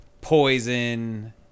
Poison